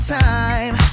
time